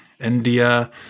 India